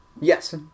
Yes